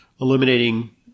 eliminating